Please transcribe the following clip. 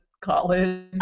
college